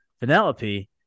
Penelope